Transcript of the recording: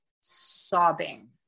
sobbing